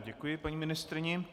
Já děkuji paní ministryni.